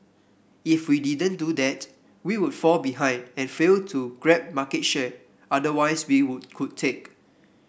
if we didn't do that we would fall behind and fail to grab market share otherwise we would could take